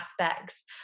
aspects